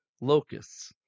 locusts